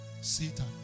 Satan